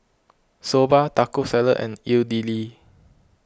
Soba Taco Salad and Idili